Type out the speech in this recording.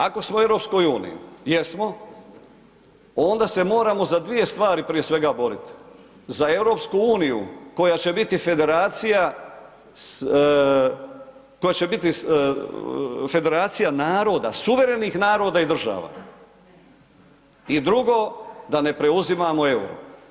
Ako smo u EU, jesmo, onda se moramo za dvije stvari, prije svega, boriti, za EU koja će biti federacija, koja će biti federacija naroda, suverenih naroda i država i drugo, da ne preuzimamo euro.